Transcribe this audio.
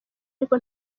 ariko